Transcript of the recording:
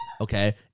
Okay